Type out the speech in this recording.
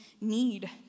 need